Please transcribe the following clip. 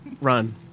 Run